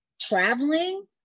traveling